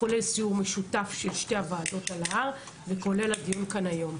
כולל סיור משותף של שתי הוועדות על ההר וכולל הדיון כאן היום.